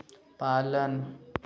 पालन